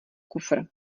kufr